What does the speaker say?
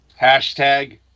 Hashtag